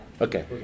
Okay